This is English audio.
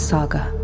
Saga